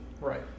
Right